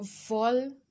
fall